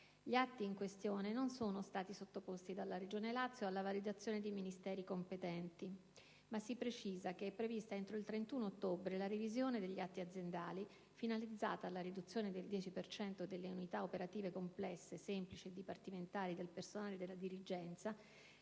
Gli atti in questione non sono stati sottoposti dalla Regione Lazio alla validazione dei Ministeri competenti, ma si precisa che è prevista entro il 31 ottobre la revisione degli atti aziendali, finalizzata alla riduzione del 10 per cento delle unità operative complesse, semplici e dipartimentali del personale della dirigenza,